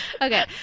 Okay